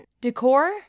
decor